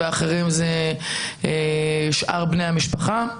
והאחרים הם שאר בני המשפחה,